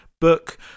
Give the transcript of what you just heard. book